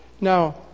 Now